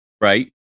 Right